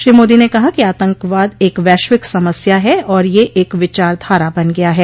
श्री मोदी ने कहा कि आतंकवाद एक वैश्विक समस्या है और यह एक विचारधारा बन गया है